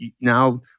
now